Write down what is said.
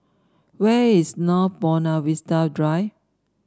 where is North Buona Vista Drive